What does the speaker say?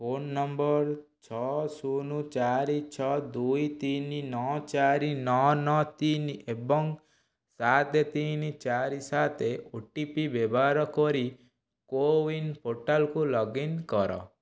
phone number ଛଅ ଶୂନ୍ ଚାରି ଛଅ ଦୁଇ ତିନି ନଅ ଚାରି ନଅ ନଅ ତିନି ଏବଂ ସାତେ ତିନି ଚାରି ସାତେ ଓ ଟି ପି ବ୍ୟବହାର କରି କୋୱିନ ପୋର୍ଟାଲକୁ ଲଗ୍ଇନ କର